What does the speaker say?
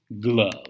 Glove